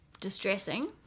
distressing